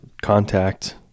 contact